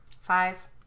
five